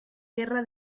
guerra